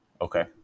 Okay